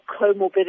comorbidity